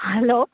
hello